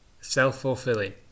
self-fulfilling